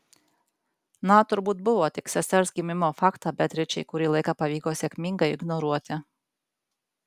na turbūt buvo tik sesers gimimo faktą beatričei kurį laiką pavyko sėkmingai ignoruoti